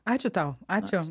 ačiū tau ačiū